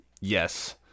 Yes